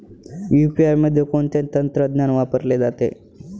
UPI मध्ये कोणते तंत्रज्ञान वापरले जाते?